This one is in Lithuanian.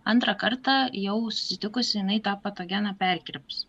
antrą kartą jau susitikusi jinai tą patogeną perkirps